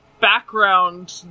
background